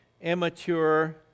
immature